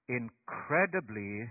incredibly